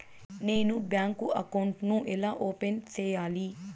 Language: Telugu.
నేను బ్యాంకు అకౌంట్ ను ఎలా ఓపెన్ సేయాలి?